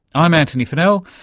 i'm antony funnell,